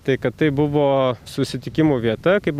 tai kad tai buvo susitikimų vieta kaip